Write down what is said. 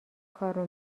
کارو